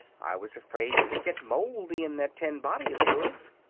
i was afraid it would get moldy in that tin body of yours.